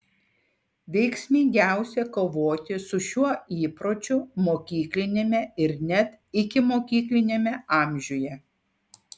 veiksmingiausia kovoti su šiuo įpročiu mokykliniame ir net ikimokykliniame amžiuje